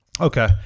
Okay